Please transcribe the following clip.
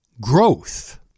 growth